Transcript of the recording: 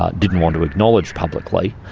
ah didn't want to acknowledge publicly.